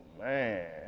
man